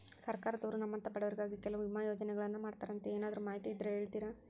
ಸರ್ಕಾರದವರು ನಮ್ಮಂಥ ಬಡವರಿಗಾಗಿ ಕೆಲವು ವಿಮಾ ಯೋಜನೆಗಳನ್ನ ಮಾಡ್ತಾರಂತೆ ಏನಾದರೂ ಮಾಹಿತಿ ಇದ್ದರೆ ಹೇಳ್ತೇರಾ?